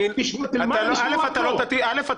אני מבין את החוק --- אל"ף,